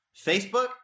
Facebook